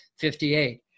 58